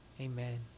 Amen